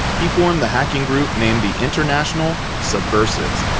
he formed the hacking group named the international subversives.